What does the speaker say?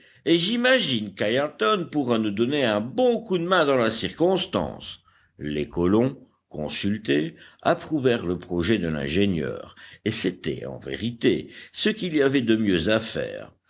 et j'imagine qu'ayrton pourra nous donner un bon coup de main dans la circonstance les colons consultés approuvèrent le projet de l'ingénieur et c'était en vérité ce qu'il y avait de mieux à faire